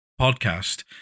podcast